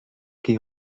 qui